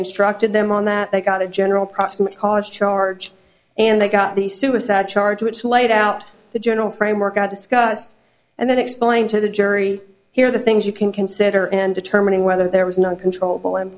instructed them on that they got a general proximate cause charge and they got the suicide charge which laid out the general framework i discussed and then explain to the jury here the things you can consider and determining whether there was none controllable and